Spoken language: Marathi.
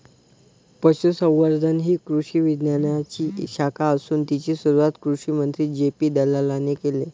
पशुसंवर्धन ही कृषी विज्ञानाची शाखा असून तिची सुरुवात कृषिमंत्री जे.पी दलालाने केले